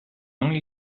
only